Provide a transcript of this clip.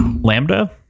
Lambda